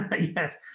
Yes